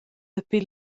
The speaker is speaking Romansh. dapi